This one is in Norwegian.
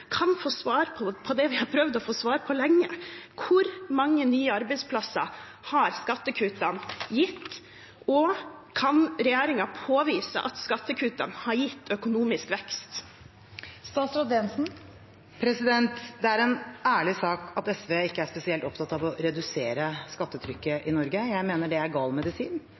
kan få svar på det vi har prøvd å få svar på lenge: Hvor mange nye arbeidsplasser har skattekuttene gitt? Og kan regjeringen påvise at skattekuttene har gitt økonomisk vekst? Det er en ærlig sak at SV ikke er spesielt opptatt av å redusere skattetrykket i Norge. Jeg mener det er gal medisin,